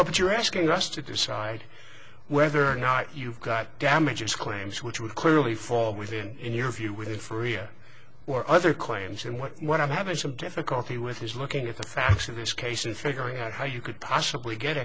decide but you're asking us to decide whether or not you've got damages claims which would clearly fall within in your view with free or or other claims and what what i'm having some difficulty with is looking at the facts of this case and figuring out how you could possibly get